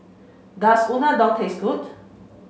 does Unadon taste good